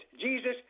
Jesus